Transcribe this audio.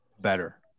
better